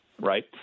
Right